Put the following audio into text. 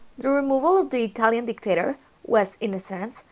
the removal of the italian dictator was, in a sense,